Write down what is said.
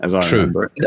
True